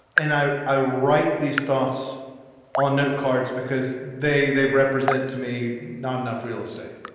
and i i write these thoughts on note cards because they they represent to me not enough real estate.